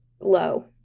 low